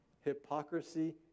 hypocrisy